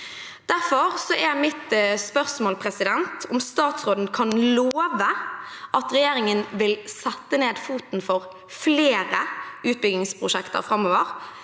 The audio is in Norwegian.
Derfor er mitt spørsmål om statsråden kan love at regjeringen vil sette ned foten for flere utbyggingsprosjekter framover,